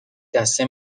دسته